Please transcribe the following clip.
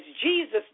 Jesus